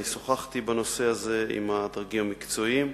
שוחחתי בנושא הזה עם הדרגים המקצועיים,